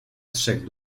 trzech